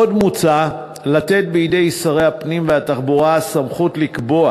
עוד מוצע לתת בידי שרי הפנים והתחבורה סמכות לקבוע